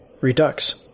Redux